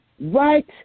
Right